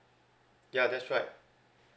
ya that's right